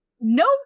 Nope